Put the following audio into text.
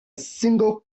single